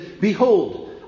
Behold